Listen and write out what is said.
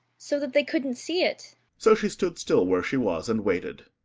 so that they couldn't see it so she stood still where she was, and waited.